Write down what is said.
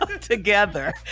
together